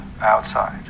outside